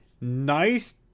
nice